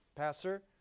Pastor